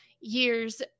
years